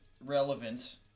relevance